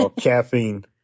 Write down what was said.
caffeine